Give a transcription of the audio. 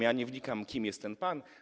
Ja nie wnikam, kim jest ten pan.